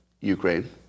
Ukraine